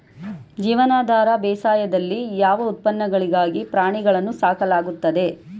ಜೀವನಾಧಾರ ಬೇಸಾಯದಲ್ಲಿ ಯಾವ ಉತ್ಪನ್ನಗಳಿಗಾಗಿ ಪ್ರಾಣಿಗಳನ್ನು ಸಾಕಲಾಗುತ್ತದೆ?